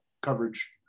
coverage